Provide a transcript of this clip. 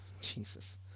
Jesus